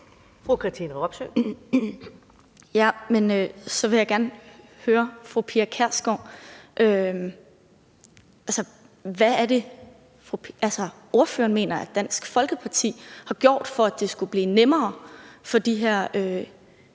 Katrine Robsøe (RV): Så vil jeg gerne spørge fru Pia Kjærsgaard om, hvad det er, ordføreren mener Dansk Folkeparti har gjort for, at det skulle blive nemmere for de her